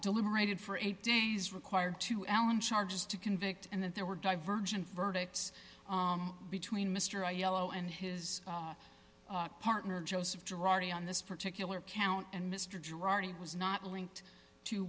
deliberated for eight days required to alan charges to convict and that there were divergent verdicts between mr yellow and his partner joseph gerardi on this particular count and mr gerardi was not linked to